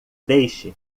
deixe